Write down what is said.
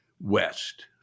west